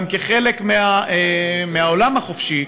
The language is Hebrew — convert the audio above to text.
גם כחלק מהעולם החופשי,